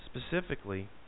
Specifically